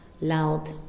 loud